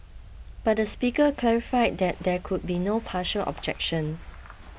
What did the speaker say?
but the speaker clarified that there could be no partial objection